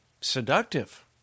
seductive